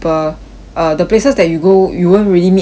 uh the places that you go you won't really meet a lot of people